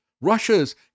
Russia's